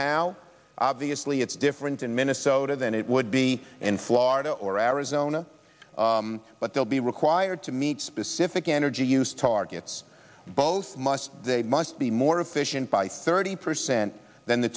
how obviously it's different in minnesota than it would be in florida or arizona but they'll be required to meet specific energy use targets both must they must be more efficient by thirty percent than the